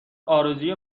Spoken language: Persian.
ارزوی